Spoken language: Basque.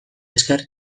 esker